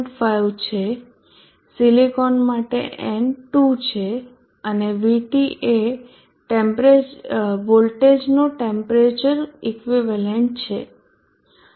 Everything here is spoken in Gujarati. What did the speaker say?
5 છે સિલિકોન માટે n 2 છે અને VT એ વોલ્ટેજનો ટેમ્પરેચર ઇક્વિવેલન્ટ છે